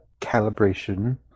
calibration